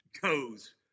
goes